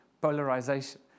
polarization